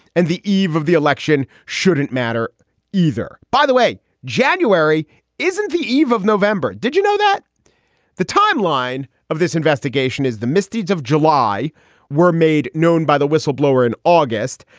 and the eve of the election shouldn't matter either. by the way, january isn't the eve of november. did you know that the timeline of this investigation is the misdeeds of july were made known by the whistleblower in august?